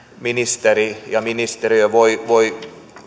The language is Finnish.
ministeri ja ministeriö voi